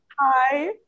Hi